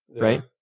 right